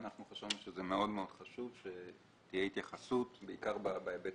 אנחנו חשבנו שזה מאוד מאוד חשוב שתהיה התייחסות בעיקר בהיבט